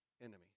enemy